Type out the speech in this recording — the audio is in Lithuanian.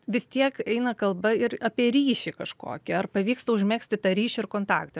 vis tiek eina kalba ir apie ryšį kažkokį ar pavyksta užmegzti tą ryšį ir kontaktą